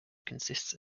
consists